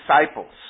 disciples